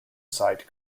site